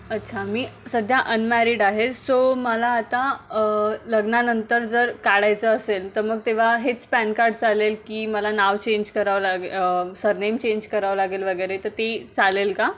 अच्छा मी सध्या अनमॅरीड आहे सो मला आता लग्नानंतर जर काढायचं असेल तर मग तेव्हा हेच पॅन कार्ड चालेल की मला नाव चेंज करावं लागे सरनेम चेंज करावं लागेल वगैरे तर ते चालेल का